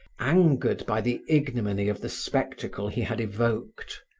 angered by the ignominy of the spectacle he had evoked.